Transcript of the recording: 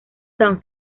san